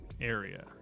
area